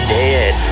dead